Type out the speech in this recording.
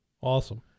Awesome